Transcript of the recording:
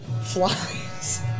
flies